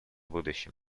будущем